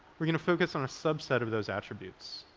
we're going to focus on a subset of those attributes,